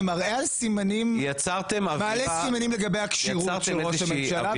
זה מראה על סימנים לגבי הכשירות שלו.